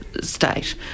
State